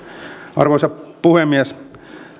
arvoisa puhemies